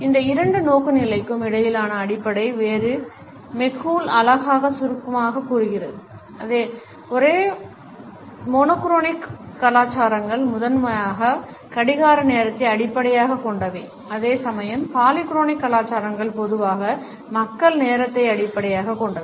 இந்த இரண்டு நோக்குநிலைகளுக்கும் இடையிலான அடிப்படை வேறுபாடு மெக்கூல் அழகாக சுருக்கமாகக் கூறியது ஒரே வண்ண கலாச்சாரங்கள் முதன்மையாக கடிகார நேரத்தை அடிப்படையாகக் கொண்டவை அதே சமயம் பாலிக்ரோனிக் கலாச்சாரங்கள் பொதுவாக மக்கள் நேரத்தை அடிப்படையாகக் கொண்டவை